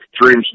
Dreams